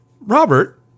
Robert